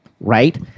right